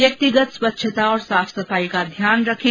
व्यक्तिगत स्वच्छता और साफ सफाई का ध्यान रखें